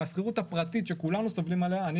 השכירות הפרטית שכולנו מכירים אותה אני